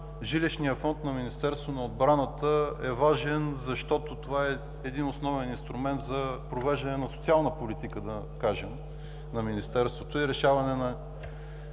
жилищният фонд на Министерството на отбраната е важен, защото това е един основен инструмент, за – да кажем провеждане на социална политика, на Министерството и решаване на